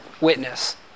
witness